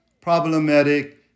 problematic